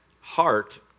heart